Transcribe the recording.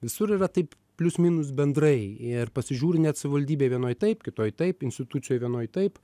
visur yra taip plius minus bendrai ir pasižiūri net savivaldybėj vienoj taip kitoj taip institucijoj vienoj taip